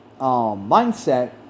mindset